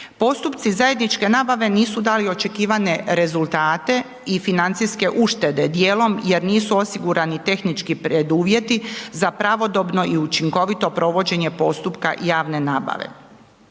Postupci zajedničke nabave nisu dali očekivane rezultate i financijske uštede, dijelom jer nisu osigurani tehnički preduvjeti za pravodobno i učinkovito provođenje postupka javne nabave.